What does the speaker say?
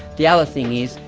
the other thing is,